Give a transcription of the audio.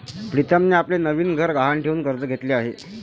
प्रीतमने आपले नवीन घर गहाण ठेवून कर्ज घेतले आहे